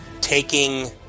taking